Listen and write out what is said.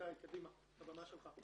גיא, הבמה שלך.